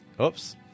Oops